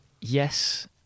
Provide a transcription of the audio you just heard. yes